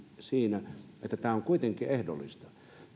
se että tämä on kuitenkin ehdollista